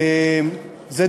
מאיר,